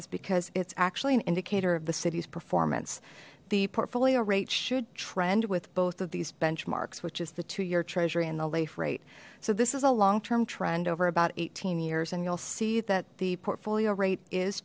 is because it's actually an indicator of the city's performance the portfolio rates should trend with both of these benchmarks which is the two year treasury and the lafe rate so this is a long term trend over about eighteen years and you'll see that the portfolio rate is